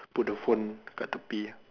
put the phone kat tepi ah